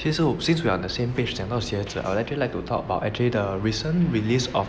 其实 since we are at the same page 讲到鞋子 I would actually like to talk about the recent release of the